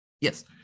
Yes